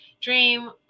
dream